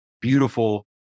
beautiful